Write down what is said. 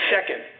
Second